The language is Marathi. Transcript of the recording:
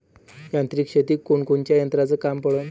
यांत्रिक शेतीत कोनकोनच्या यंत्राचं काम पडन?